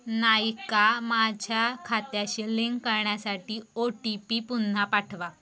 नाईका माझ्या खात्याशी लिंक करण्यासाठी ओ टी पी पुन्हा पाठवा